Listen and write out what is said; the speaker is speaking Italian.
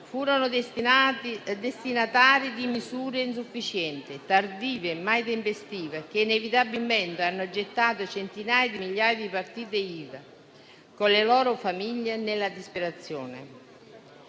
furono destinatari di misure insufficienti, tardive e mai tempestive, che inevitabilmente hanno gettato centinaia di migliaia di partite IVA, con le loro famiglie, nella disperazione.